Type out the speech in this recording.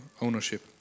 ownership